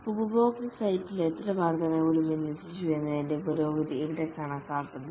ഉപഭോക്തൃ സൈറ്റിൽ എത്ര വര്ധനവുകൾ വിന്യസിച്ചു എന്നതിന്റെ പുരോഗതി ഇവിടെ കണക്കാക്കുന്നു